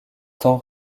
temps